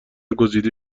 گزیده